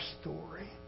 story